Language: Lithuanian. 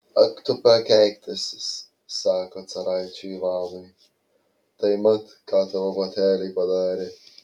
ak tu prakeiktasis sako caraičiui ivanui tai mat ką tavo bateliai padarė